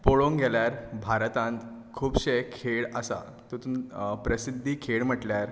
पळोवंक गेल्यार भारतांत खुबशे खेळ आसा तातूंत प्रसिद्धी खेळ म्हणल्यार